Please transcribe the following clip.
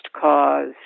cause